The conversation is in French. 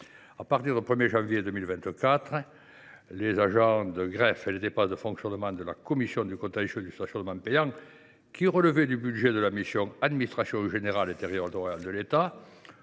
À partir du 1 janvier 2024, les agents de greffe et les dépenses de fonctionnement de la commission du contentieux du stationnement payant, qui relevaient du budget de la mission « Administration générale et territoriale de l’État »,